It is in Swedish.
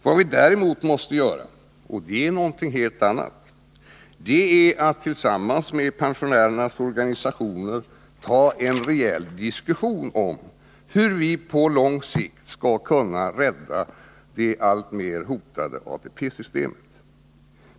Vad vi dessutom måste göra — och det är något helt annat — är att tillsammans med pensionärernas organisationer ta en rejäl diskussion om hur vi på lång sikt skall kunna rädda det alltmer hotade ATP-systemet.